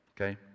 okay